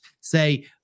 say